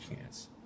chance